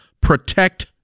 Protect